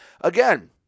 Again